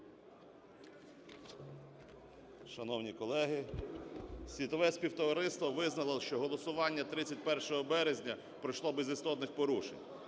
Шановні колеги, світове співтовариство визнало, що голосування 31 березня пройшло без істотних порушень.